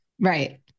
Right